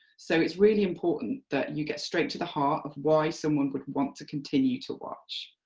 so it's really important that you get straight to the heart of why someone would want to continue to watch.